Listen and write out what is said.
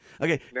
Okay